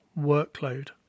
workload